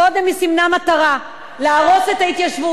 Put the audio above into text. קודם סימנה מטרה, להרוס את ההתיישבות.